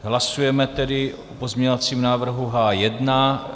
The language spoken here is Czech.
Hlasujeme tedy o pozměňovacím návrhu H1.